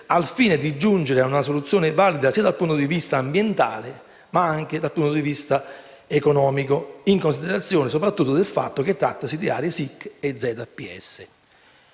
al fine di giungere ad una soluzione valida dal punto di vista ambientale ma anche economicamente sostenibile, in considerazione soprattutto del fatto che trattasi di aree SIC e ZPS.